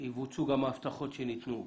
יבוצעו גם ההבטחות שניתנו.